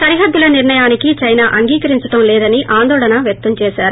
సరిహద్దుల నిర్లయానికి చైనా అంగీకరించడం లేదని ఆందోళన వ్యక్తం ్ చేశారు